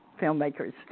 filmmakers